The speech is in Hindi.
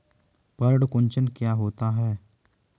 पर्ण कुंचन क्या होता है?